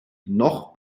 noch